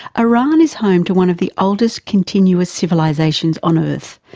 iran is home to one of the oldest continuous civilisations on earth,